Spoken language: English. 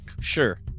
sure